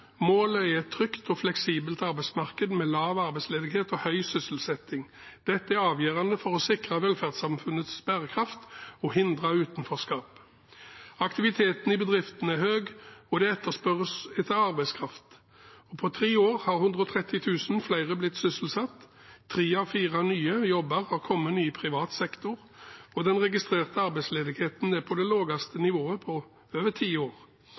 Målet er et trygt og fleksibelt arbeidsmarked med lav arbeidsledighet og høy sysselsetting. Dette er avgjørende for å sikre velferdssamfunnets bærekraft og hindre utenforskap. Aktiviteten i bedriftene er høy, og det etterspørres arbeidskraft. På tre år har 130 000 flere blitt sysselsatt, tre av fire nye jobber er kommet i privat sektor, og den registrerte arbeidsledigheten er på det laveste nivået på over ti år.